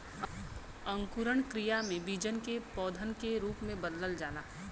अंकुरण क्रिया में बीजन के पौधन के रूप में बदल जाला